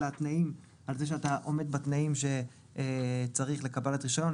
כך שאתה עומד בתנאים שאתה צריך לקבלת רישיון,